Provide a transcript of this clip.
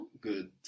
Good